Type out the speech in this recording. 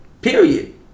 Period